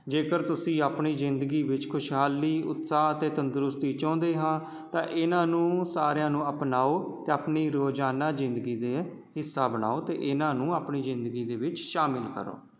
ਜੇਕਰ ਤੁਸੀਂ ਆਪਣੀ ਜ਼ਿੰਦਗੀ ਵਿੱਚ ਖੁਸ਼ਹਾਲੀ ਉਤਸ਼ਾਹ ਅਤੇ ਤੰਦਰੁਸਤੀ ਚਾਹੁੰਦੇ ਹਾਂ ਤਾਂ ਇਨ੍ਹਾਂ ਨੂੰ ਸਾਰਿਆਂ ਨੂੰ ਅਪਣਾਓ ਅਤੇ ਆਪਣੀ ਰੋਜ਼ਾਨਾ ਜ਼ਿੰਦਗੀ ਦੇ ਹਿੱਸਾ ਬਣਾਓ ਅਤੇ ਇਹਨਾਂ ਨੂੰ ਆਪਣੀ ਜ਼ਿੰਦਗੀ ਦੇ ਵਿੱਚ ਸ਼ਾਮਿਲ ਕਰੋ